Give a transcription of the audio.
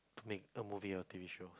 make a movie or T_V show